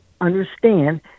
understand